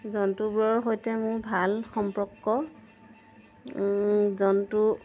জন্তুবোৰৰ সৈতে মোৰ ভাল সম্পৰ্ক জন্তু